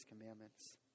commandments